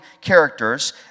characters